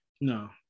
No